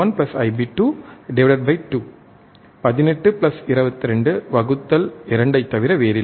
18 22 2 ஐத் தவிர வேறில்லை